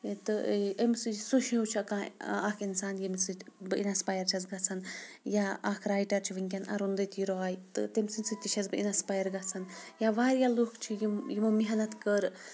تہٕ أمۍ سٕے سُہ ہیوٗ چھا کانٛہہ اَکھ اِنسان ییٚمہِ سۭتۍ بہٕ اِنَسپایر چھٮ۪س گژھان یا اَکھ رایٹَر چھُ وٕنکٮ۪ن اروندٔتی راے تہٕ تٔمۍ سٕنٛدۍ سۭتۍ تہِ چھٮ۪س بہٕ اِنَسپایر گژھان یا واریاہ لُکھ چھِ یِم یِمو محنت کٔر